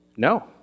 No